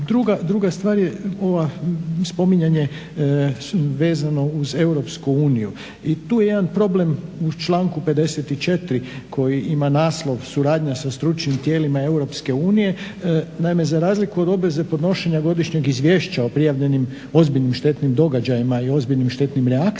Druga stvar je ovo spominjanje vezano uz Europsku uniju. I tu je jedan problem u članku 54. koji ima naslov suradnja sa stručnim tijelima Europske unije. Naime, za razliku od obveze podnošenja godišnjeg izvješća o prijavljenim ozbiljnim, štetnim događajima i ozbiljnim štetnim reakcijama